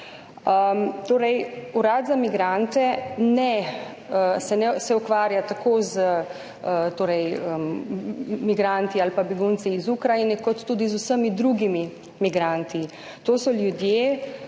Urad za migrante se ukvarja tako z migranti ali begunci iz Ukrajine kot tudi z vsemi drugimi migranti. To so ljudje,